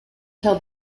held